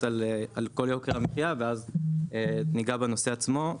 על כל יוקר המחיה ואז נגע בנושא עצמו.